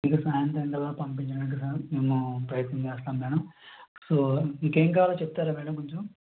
మీకు సాయంత్రం కల్లా పంపించమంటున్నారు మేము ప్రయత్నం చేస్తాం మేడం సో ఇంకేం కావాలో చెప్తారా మేడం కొంచెం